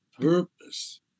purpose